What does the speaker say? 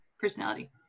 Personality